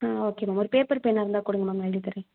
ஆ okay ma'am ஒரு paper பேனா இருந்தால் கொடுங்க மேம் எழுதித் தரேன்